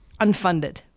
unfunded